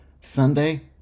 Sunday